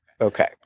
Okay